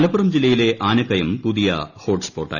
മലപ്പുറം ജില്ലയിലെ ആനക്കയം പുതിയ ഹോട്സ് സ്പോട്ടായി